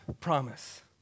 promise